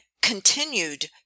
continued